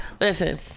Listen